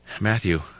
Matthew